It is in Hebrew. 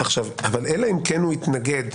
אלא אם כן הוא התנגד.